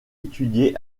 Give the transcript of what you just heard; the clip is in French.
étudier